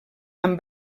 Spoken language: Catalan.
amb